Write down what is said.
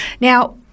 Now